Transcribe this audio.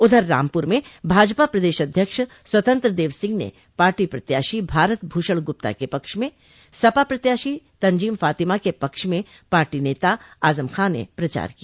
उधर रामपुर में भाजपा प्रदेश अध्यक्ष स्वतंत्र देव सिंह ने पार्टी प्रत्याशी भारत भूषण गुप्ता के पक्ष में सपा प्रत्याशी तंजीम फातिमा के पक्ष में पार्टी नेता आजम खां ने प्रचार किया